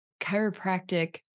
chiropractic